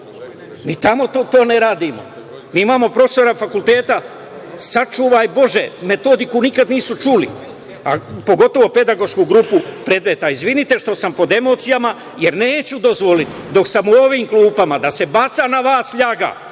Mi tamo to ne radimo. Imamo profesora fakulteta, sačuvaj bože, metodiku nikad nisu čuli, a pogotovo pedagošku grupu predmeta. Izvinite što sam pod emocijama, jer neću dozvoliti, dok sam u ovim klupama, da se baca na vas ljaga,